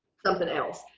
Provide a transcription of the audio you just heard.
something else.